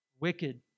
Wicked